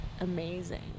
amazing